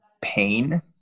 pain